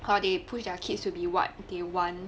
or they push their kids to be what they want